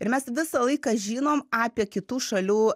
ir mes visą laiką žinom apie kitų šalių